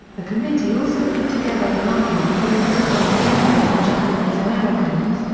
the committee also put together an argument for the wartime internment of japanese americans,